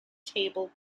table